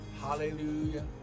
Hallelujah